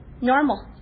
normal